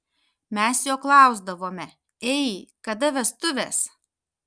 mes jo klausdavome ei kada vestuvės